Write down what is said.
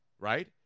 right